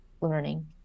learning